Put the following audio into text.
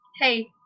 hey